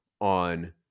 on